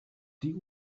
die